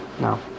No